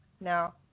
Now